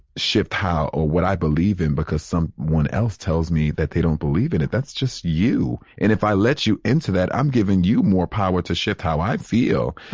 shift how or what i believe in? because some one else tells me that they don't believe in it. that's just you. and if i let you into that, i'm giving you more power to shift how i feel.